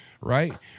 right